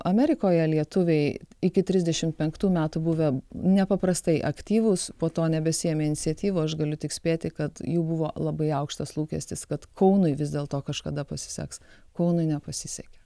amerikoje lietuviai iki trisdešimt penktų metų buvę nepaprastai aktyvūs po to nebesiėmė iniciatyvų aš galiu tik spėti kad jų buvo labai aukštas lūkestis kad kaunui vis dėl to kažkada pasiseks kaunui nepasisekė